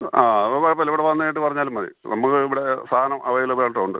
ആ അത് ഒന്നും കുഴപ്പം ഇല്ല ഇവിടെ വന്നു കയിഞ്ഞിട്ട് പറഞ്ഞാലും മതി നമുക്ക് ഇവിടെ സാധനം അവൈലബിളായിട്ടുണ്ട്